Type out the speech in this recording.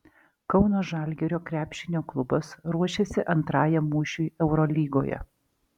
kauno žalgirio krepšinio klubas ruošiasi antrajam mūšiui eurolygoje